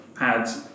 ads